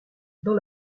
dans